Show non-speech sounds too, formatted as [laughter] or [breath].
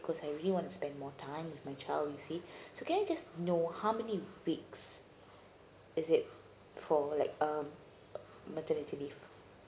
cause I really want to spend more time with my child you see [breath] so can I just know how many weeks is it for like um maternity leave